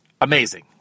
Amazing